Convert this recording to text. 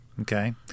Okay